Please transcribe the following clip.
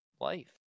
life